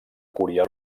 cúria